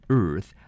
earth